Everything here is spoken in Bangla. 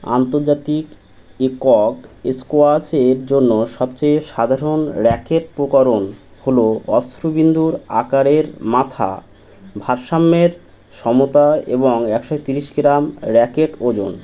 আন্তর্জাতিক একক স্কোয়াশের জন্য সবচেয়ে সাধারণ র্যাকেট প্রকরণ হলো অশ্রুবিন্দুর আকারের মাথা ভারসাম্যের সমতা এবং একশো তিরিশ গ্রাম র্যাকেট ওজন